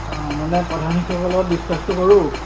অঁ মানে প্ৰধান শিক্ষকৰ লগত ডিছকাছটো কৰোঁ